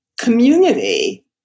community